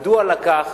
מדוע לקח